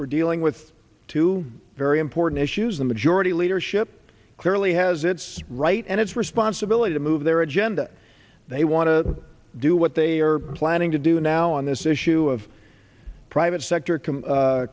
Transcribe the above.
we're dealing with two very important issues the majority leadership clearly has its right and its responsibility to move their agenda they want to do what they are planning to do now on this issue of private sector